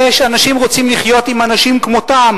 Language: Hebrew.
אנשים רוצים לחיות עם אנשים כמותם,